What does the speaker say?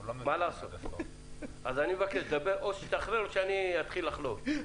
אני מבקש: או שתשתחרר או שאני אתחיל לחלוב.